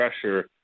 pressure